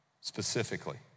specifically